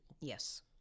Yes